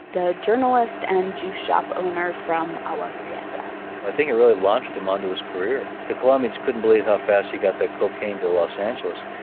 the journalist and juice shop owner from agua prieta i think it really launched him onto his career. the colombians couldn't believe how fast he got the cocaine to los angeles,